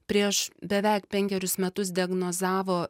prieš beveik penkerius metus diagnozavo